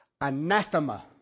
anathema